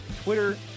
Twitter